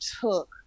took